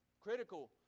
critical